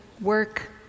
work